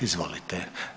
Izvolite.